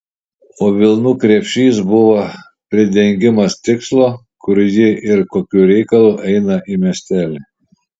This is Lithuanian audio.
o vilnų krepšys buvo pridengimas tikslo kur ji ir kokiu reikalu eina į miestelį